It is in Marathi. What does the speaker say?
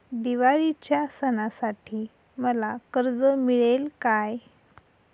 दिवाळीच्या सणासाठी मला कर्ज मिळेल काय?